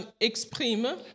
exprime